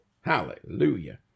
hallelujah